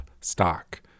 stock